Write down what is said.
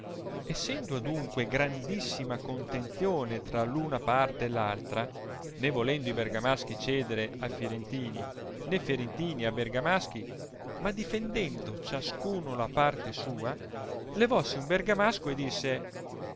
essendo adunque grandissima contenzione tra r una parte e l'altra né volendo i bergamaschi ciedere a firentini né flrentini a bergamaschi ma difendendo ciascuno la parte sua levossi un bergamasco e disse